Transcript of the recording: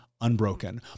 Unbroken